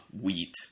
wheat